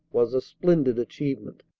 was a splendid achievement.